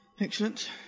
Excellent